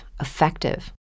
effective